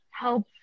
help